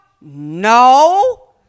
No